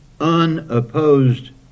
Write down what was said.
unopposed